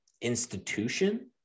institution